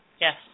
Yes